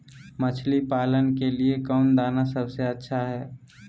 मछली पालन के लिए कौन दाना सबसे अच्छा है?